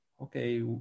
Okay